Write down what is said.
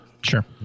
sure